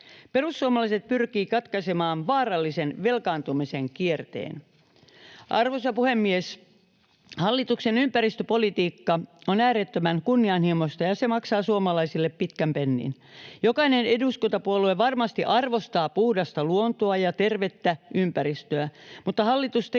Perussuomalaiset pyrkii katkaisemaan vaarallisen velkaantumisen kierteen. Arvoisa puhemies! Hallituksen ympäristöpolitiikka on äärettömän kunnianhimoista, ja se maksaa suomalaisille pitkän pennin. Jokainen eduskuntapuolue varmasti arvostaa puhdasta luontoa ja tervettä ympäristöä, mutta hallitus tekee